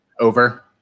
over